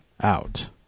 out